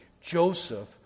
Joseph